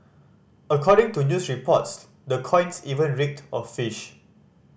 according to news reports the coins even reeked of fish